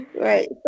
Right